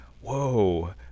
whoa